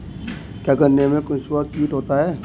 क्या गन्नों में कंसुआ कीट होता है?